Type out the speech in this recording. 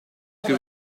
que